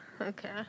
Okay